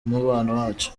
wacu